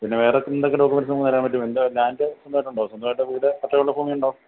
പിന്നെ വേറെ എന്തൊക്കെ ഡോക്യുമെൻ്റസ് നിങ്ങൾക്ക് തരാൻ പറ്റും എന്ത് ലാൻഡ് സ്വന്തമായിട്ടുണ്ടോ സ്വന്തമായിട്ട് വീട് പട്ടയമുള്ള ഭൂമിയുണ്ടോ